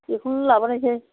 बेखौनो लाबोनोसै